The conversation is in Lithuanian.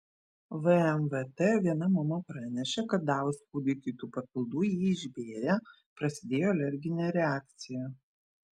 vmvt viena mama pranešė kad davus kūdikiui tų papildų jį išbėrė prasidėjo alerginė reakcija